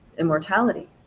Immortality